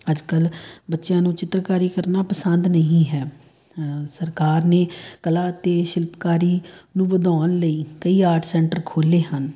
ਅੱਜ ਕੱਲ੍ਹ ਬੱਚਿਆਂ ਨੂੰ ਚਿੱਤਰਕਾਰੀ ਕਰਨਾ ਪਸੰਦ ਨਹੀਂ ਹੈ ਸਰਕਾਰ ਨੇ ਕਲਾ ਅਤੇ ਸ਼ਿਲਪਕਾਰੀ ਨੂੰ ਵਧਾਉਣ ਲਈ ਕਈ ਆਰਟ ਸੈਂਟਰ ਖੋਲ੍ਹੇ ਹਨ